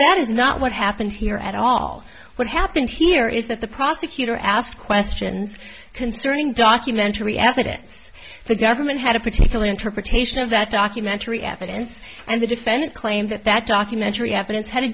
that is not what happened here at all what happened here is that the prosecutor asked questions concerning documentary evidence the government had a particular interpretation of that documentary evidence and the defendant claimed that that documentary evidence had a